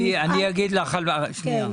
אני אגיד לך, שנייה.